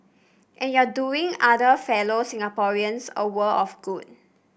and you're doing other fellow Singaporeans a world of good